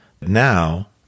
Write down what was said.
Now